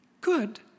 Good